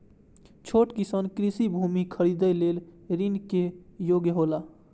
छोट किसान कृषि भूमि खरीदे लेल ऋण के योग्य हौला?